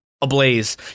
ablaze